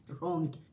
wrong